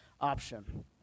option